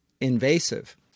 invasive